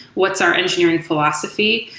what's our engineering philosophy?